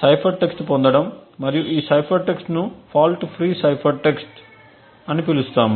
cipher text పొందడం మనము ఈ సైఫర్ టెక్స్ట్ ను ఫాల్ట్ ఫ్రీ సైఫర్ టెక్స్ట్ అని పిలుస్తాము